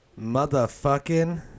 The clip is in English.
motherfucking